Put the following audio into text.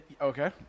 Okay